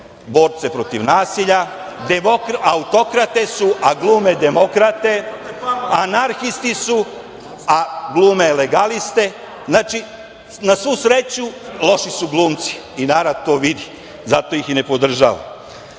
borce protiv nasilja, autokrate su a glume demokrate, anarhisti su a glume legaliste. Na svu sreću, loši su glumci. Narod to vidi, zato ih i ne podržava.